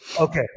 Okay